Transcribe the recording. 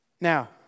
Now